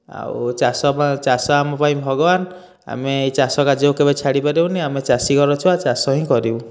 ଆଉ ଚାଷ ଚାଷ ଆମ ପାଇଁ ଭଗବାନ ଆମେ ଏ ଚାଷ କାର୍ଯ୍ୟ କୁ କେବେ ଛାଡ଼ିପାରିବୁ ନାହିଁ ଆମେ ଚାଷୀ ଘରର ଛୁଆ ଚାଷ ହିଁ କରିବୁ